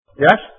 Yes